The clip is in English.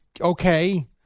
okay